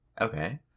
Okay